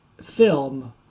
film